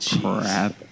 crap